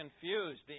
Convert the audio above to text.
confused